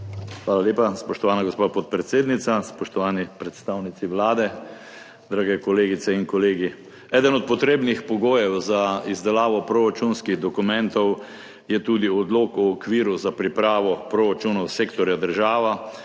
Hvala lepa. Spoštovana gospa podpredsednica, spoštovani predstavnici Vlade, drage kolegice in kolegi! Eden od potrebnih pogojev za izdelavo proračunskih dokumentov je tudi Odlok o okviru za pripravo proračunov sektorja država